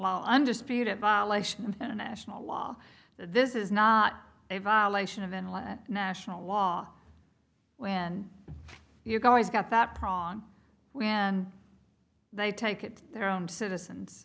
law undisputed violation of international law this is not a violation of any national law when you guys got that pran when they take it their own